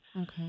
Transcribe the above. Okay